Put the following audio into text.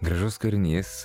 gražus kūrinys